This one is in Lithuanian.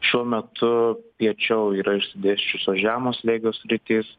šiuo metu piečiau yra išsidėsčiusios žemo slėgio sritys